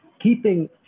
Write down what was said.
Keeping